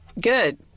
Good